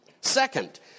Second